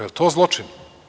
Je li to zločin?